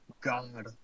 God